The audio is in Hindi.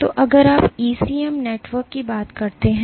तो अगर आप ईसीएम नेटवर्क की बात करते हैं